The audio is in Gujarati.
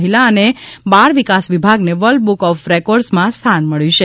મહિલા અને બાળ વિકાસ વિભાગને વર્લ્ડ બુક ઓફ રેકોર્ડસમાં સ્થાન મળ્યું છે